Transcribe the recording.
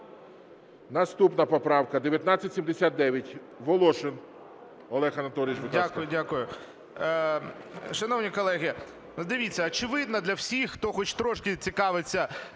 Наступна поправка 1979. Волошин Олег Анатолійович, будь ласка.